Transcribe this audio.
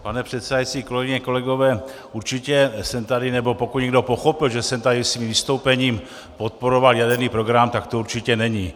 Pane předsedající, kolegyně a kolegové, určitě jsem tady nebo pokud někdo pochopil, že jsem tady svým vystoupením podporoval jaderný program, tak to určitě není.